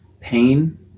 pain